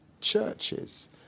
churches